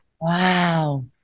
wow